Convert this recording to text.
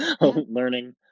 learning